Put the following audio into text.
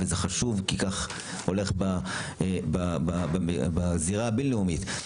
וזה חשוב כי כך זה הולך בזירה הבין-לאומית,